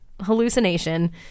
hallucination